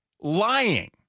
lying